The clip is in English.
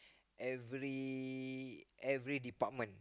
every every department